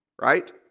Right